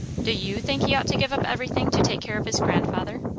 do you think he ought to give up everything to take care of his grandfather?